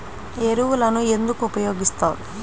ఎరువులను ఎందుకు ఉపయోగిస్తారు?